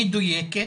מדויקת,